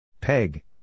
Peg